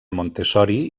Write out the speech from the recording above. montessori